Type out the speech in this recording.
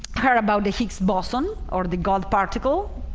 heard about the higgs boson or the god particle,